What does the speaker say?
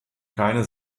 keine